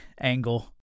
angle